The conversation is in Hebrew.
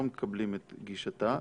לא מקבלים את גישתה.